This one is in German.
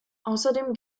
außerdem